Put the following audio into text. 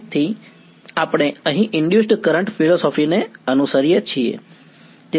તેથી આપણે અહીં ઇનડયુસડ્ કરંટ ફિલસૂફીને અનુસરીએ છીએ